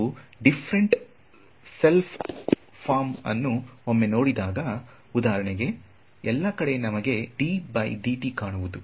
ನಾವು different self form ಅನ್ನು ಒಮ್ಮೆ ನೋಡಿದಾಗ ಉದಾಹರಣೆಗೆ ಎಲ್ಲಾ ಕಡೆ ನಮಗೆಕಾಣುವುದು